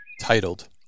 titled